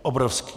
Obrovský!